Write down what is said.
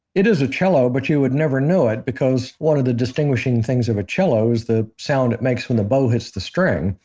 it is a cello but you would never know it because one of the distinguishing things of a cello is the sound it makes when the bow hits the string.